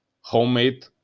homemade